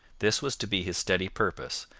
this was to be his steady purpose,